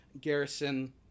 Garrison